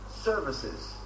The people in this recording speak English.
services